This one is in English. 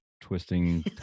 twisting